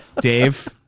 Dave